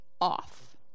off